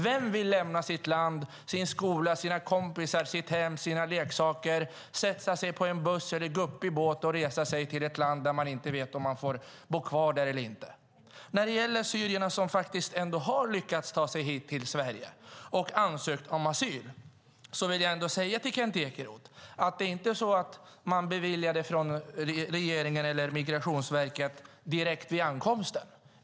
Vem vill lämna sitt land, sin skola, sina kompisar, sitt hem och sina leksaker för att sätta sig på en buss eller en guppig båt och resa till ett land där man inte vet om man får bo kvar? När det gäller de syrier som ändå har lyckats ta sig hit till Sverige och som har ansökt om asyl vill jag säga till Kent Ekeroth att regeringen eller Migrationsverket inte beviljar den direkt vid ankomsten.